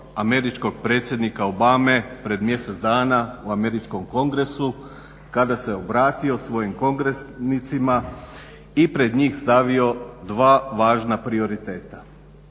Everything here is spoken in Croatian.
američkog predsjednika Obame pred mjesec dana u američkom kongresu kada se obratio svojim kongresnicima i pred njih stavio dva važna prioriteta.